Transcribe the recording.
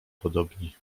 podobni